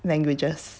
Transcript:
languages